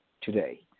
today